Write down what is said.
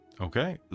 Okay